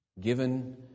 given